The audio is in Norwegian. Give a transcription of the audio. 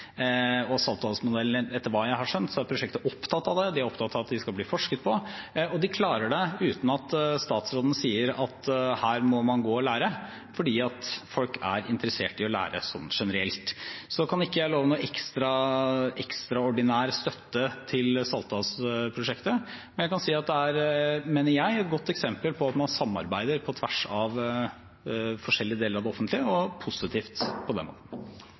hele tiden. Etter hva jeg har skjønt, er Saltdalsmodellen opptatt av det, de er opptatt av at de skal bli forsket på, og de klarer det uten at statsråden sier at her må man gå og lære, for folk er interessert i å lære sånn generelt. Så kan ikke jeg love noen ekstraordinær støtte til Saltdalsmodellen, men jeg kan si at det er, mener jeg, et godt eksempel på at man samarbeider på tvers av forskjellige deler av det offentlige, og positivt på den måten.